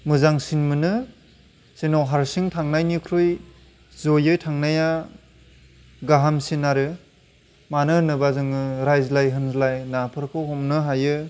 मोजांसिन मोनो जोंनाव हारसिं थांनायनिख्रुइ जयै थांनाया गाहामसिन आरो मानो होनोबा जोङो रायज्लाय होनज्लाय नाफोरखौ हमनो हायो